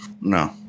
No